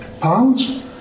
pounds